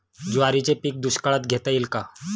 ज्वारीचे पीक दुष्काळात घेता येईल का?